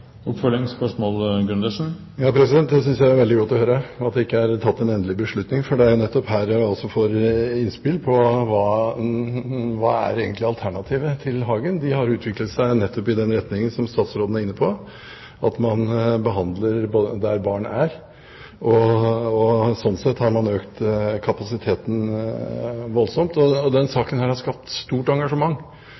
er veldig godt å høre at det ikke er tatt en endelig beslutning. For det er nettopp her jeg får innspill: Hva er egentlig alternativet til Hagen? De har utviklet seg nettopp i den retningen som statsråden var inne på, at man behandler barna der de er. Sånn sett har man økt kapasiteten voldsomt. Denne saken har skapt et stort engasjement både hos dem som kjenner senteret, og